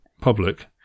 public